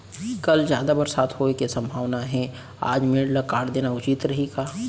कल जादा बरसात होये के सम्भावना हे, आज मेड़ ल काट देना उचित रही का?